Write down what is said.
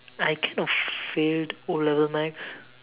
I kind of failed O level maths